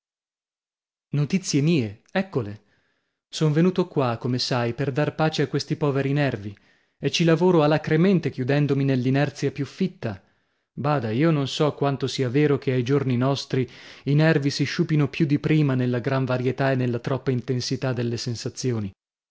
notizie mie eccole son venuto qua come sai per dar pace a questi poveri nervi e ci lavoro alacremente chiudendomi nell'inerzia più fitta bada io non so quanto sia vero che ai giorni nostri i nervi si sciupino più di prima nella gran varietà e nella troppa intensità delle sensazioni